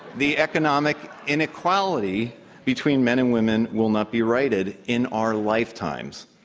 the economic inequality between men and women will not be righted in our lifetimes.